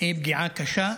היא פגיעה קשה.